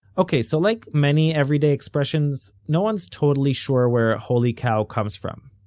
ok, so like many everyday expressions, no one's totally sure where holy cow comes from.